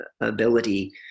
ability